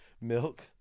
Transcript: milk